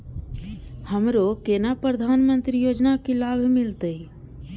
हमरो केना प्रधानमंत्री योजना की लाभ मिलते?